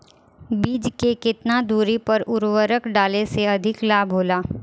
बीज के केतना दूरी पर उर्वरक डाले से अधिक लाभ होला?